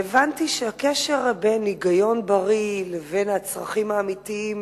והבנתי שהקשר בין היגיון בריא לבין הצרכים האמיתיים